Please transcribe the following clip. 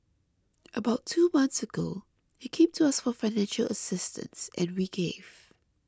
about two months ago he came to us for financial assistance and we gave